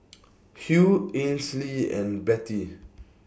Hugh Ainsley and Bettye